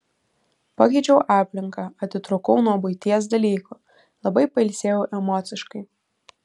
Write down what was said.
pakeičiau aplinką atitrūkau nuo buities dalykų labai pailsėjau emociškai